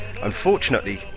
Unfortunately